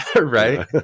Right